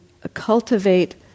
cultivate